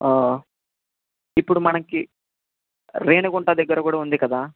ఇప్పుడు మనకి రేణిగుంట దగ్గర కూడా ఉంది కదా